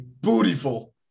Beautiful